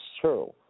true